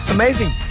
Amazing